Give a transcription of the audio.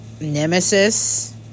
nemesis